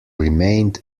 remained